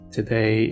Today